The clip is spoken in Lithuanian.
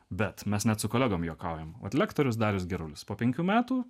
bet mes net su kolegom juokaujam vat lektorius darius gerulis po penkių metų